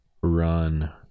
run